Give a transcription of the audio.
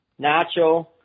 Nacho